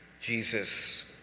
Jesus